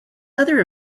other